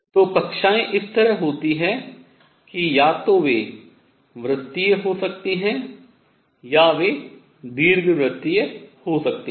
तो कक्षाएँ इस तरह होती हैं कि या तो वे वृतीय हो सकती हैं या वे दीर्घवृतीय हो सकती हैं